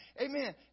Amen